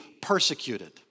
persecuted